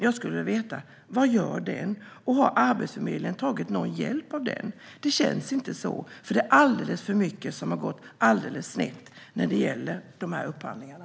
Jag skulle vilja veta: Vad gör den, och har Arbetsförmedlingen tagit någon hjälp av den? Det känns inte så, för det är alldeles för mycket som har gått snett när det gäller upphandlingarna.